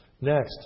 Next